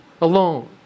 alone